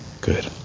Good